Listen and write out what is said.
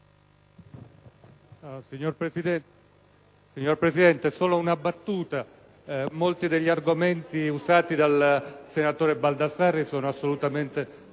Signor Presidente, solo una battuta: molti degli argomenti usati dal senatore Baldassarri sono assolutamente